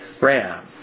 ram